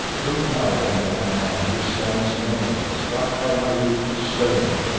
look now on that man who stands yonder struck by my will to stone,